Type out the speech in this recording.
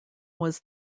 was